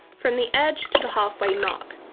from the edge to the halfway mark.